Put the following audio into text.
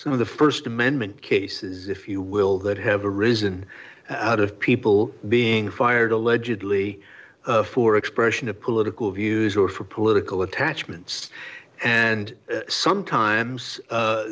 some of the st amendment cases if you will that have arisen out of people being fired allegedly for expression of political views or for political attachments and sometimes